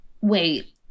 wait